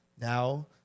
Now